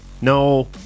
No